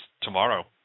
tomorrow